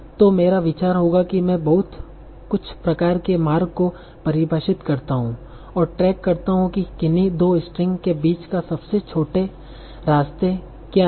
तो मेरा विचार होगा की मैं कुछ प्रकार के मार्ग को परिभाषित करता हूं और ट्रैक करता हूं कि किन्ही दो स्ट्रिंग के बिच का सबसे छोटे रास्ते क्या हैं